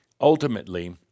ultimately